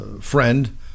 friend